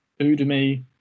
Udemy